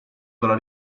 della